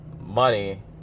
money